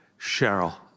Cheryl